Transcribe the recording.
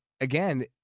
again